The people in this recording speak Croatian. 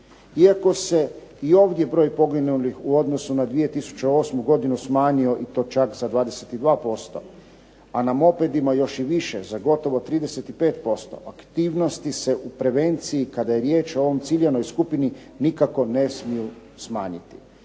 Iako se i ovdje broj poginulih u odnosu na 2008. smanjio i to čak za 22%, a na mopedima još i više, za gotovo 35%, aktivnosti se u prevenciji kada je riječ o ovoj ciljanoj skupini nikako ne smiju smanjiti.